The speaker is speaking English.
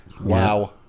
Wow